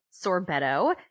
Sorbetto